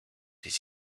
des